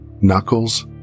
knuckles